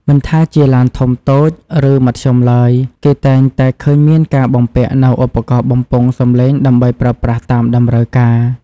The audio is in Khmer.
មិនថាជាឡានធំតូច ឬមធ្យមឡើយ គេតែងតែឃើញមានការបំពាក់នូវឧបករណ៍បំពងសម្លេងដើម្បីប្រើប្រាស់តាមតម្រូវការ។